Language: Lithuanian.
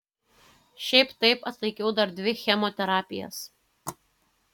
šiaip taip atlaikiau dar dvi chemoterapijas